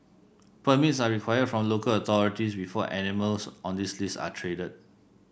permits are required from local authorities before animals on this list are traded